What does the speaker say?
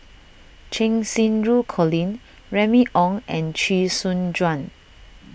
Cheng Xinru Colin Remy Ong and Chee Soon Juan